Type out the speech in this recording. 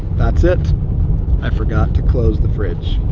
that's it i forgot to close the fridge